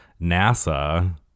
NASA